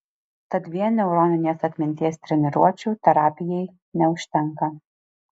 tad vien neuroninės atminties treniruočių terapijai neužtenka